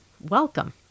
Welcome